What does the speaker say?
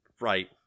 Right